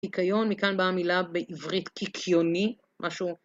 קיקיון, מכאן באה מילה בעברית קיקיוני, משהו...